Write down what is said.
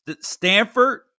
Stanford